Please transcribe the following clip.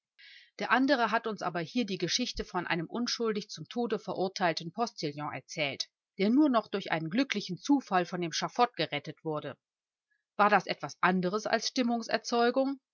der andere hat uns aber hier die geschichte von einem unschuldig zum tode verurteilten postillion erzählt der nur noch durch einen glücklichen zufall von dem schaffot gerettet wurde war das etwas anderes als